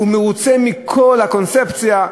שהוא מרוצה מכל הקונספציה,